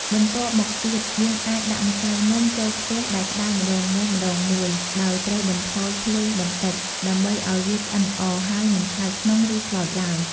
បន្ទាប់មកទៀត យើងអាចដាក់ម្សៅនំចូលខ្ទះដែលក្តៅម្ដងមួយៗ ដោយត្រូវបន្ថយភ្លើងបន្តិច ដើម្បីឱ្យវាឆ្អិនល្អ ហើយមិនឆៅក្នុង ឬខ្លោចទ្បើយ។